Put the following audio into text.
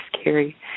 scary